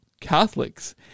Catholics